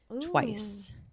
twice